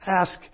ask